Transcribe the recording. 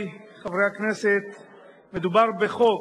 ובכן,